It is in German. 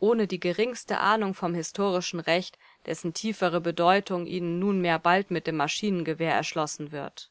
ohne die geringste ahnung vom historischen recht dessen tiefere bedeutung ihnen nunmehr bald mit dem maschinengewehr erschlossen wird